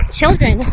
children